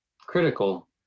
critical